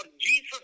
Jesus